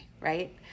right